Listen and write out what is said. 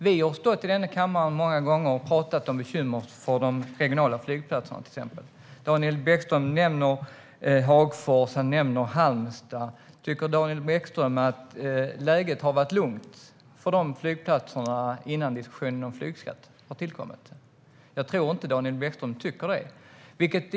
Vi har stått i den här kammaren många gånger och pratat om bekymren för de regionala flygplatserna. Daniel Bäckström nämner Hagfors och Halmstad. Tycker Daniel Bäckström att läget har varit lugnt för dessa flygplatser innan diskussionerna om flygskatt har tillkommit? Jag tror inte att Daniel Bäckström tycker det.